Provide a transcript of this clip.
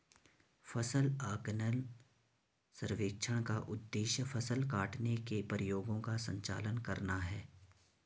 फसल आकलन सर्वेक्षण का उद्देश्य फसल काटने के प्रयोगों का संचालन करना है